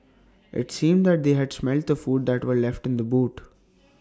IT seemed that they had smelt the food that were left in the boot